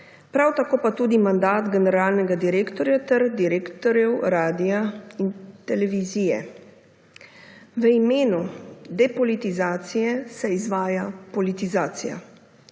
prav tako pa tudi mandat generalnega direktorja ter direktorjev radia in televizije. V imenu depolitizacije, se izvaja politizacija.